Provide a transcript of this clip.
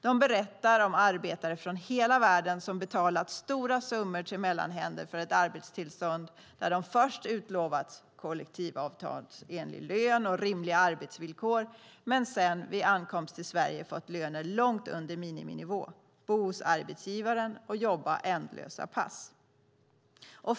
De berättar om arbetare från hela världen som betalat stora summor till mellanhänder för ett arbetstillstånd där de först utlovats kollektivavtalsenlig lön och rimliga arbetsvillkor men sedan vid ankomsten till Sverige fått löner långt under miniminivå, fått bo hos arbetsgivaren och jobba ändlösa pass.